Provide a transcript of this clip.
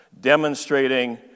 demonstrating